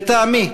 לטעמי,